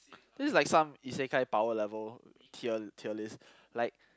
this is like some Isekai power level tier tier list like